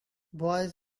boys